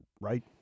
right